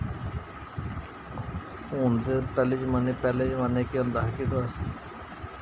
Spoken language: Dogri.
हु'न ते पैह्ले जमाने पैह्ले जमाने केह् होंदा हा कि थोआड़ा